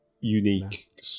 unique